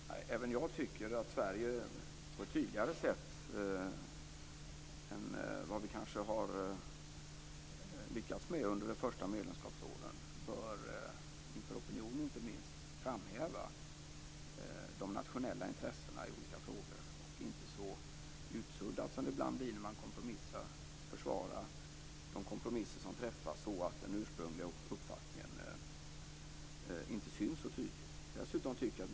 Fru talman! Även jag tycker att Sverige på ett tydligare sätt än vad vi kanske har lyckats med under de första medlemskapsåren bör, inte minst inför opinionen, framhäva de nationella intressena i olika frågor. Det får inte bli så utsuddat som det ibland kan bli vid kompromisser och försvar av kompromisser så att den ursprungliga uppfattningen inte syns så tydligt.